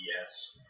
Yes